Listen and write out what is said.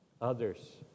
Others